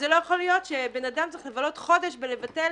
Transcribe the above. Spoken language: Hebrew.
ולא יכול להיות שאדם צריך לבלות חודש כדי לבטל